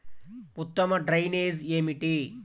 ఉత్తమ డ్రైనేజ్ ఏమిటి?